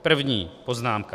První poznámka.